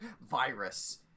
Virus